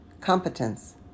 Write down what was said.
Competence